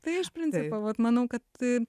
tai iš principo vat manau kad